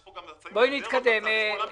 יש כאן מבטח משנה.